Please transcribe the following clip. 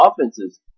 offenses